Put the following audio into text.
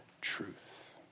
truth